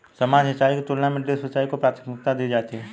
सामान्य सिंचाई की तुलना में ड्रिप सिंचाई को प्राथमिकता दी जाती है